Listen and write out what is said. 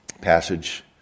passage